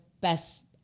best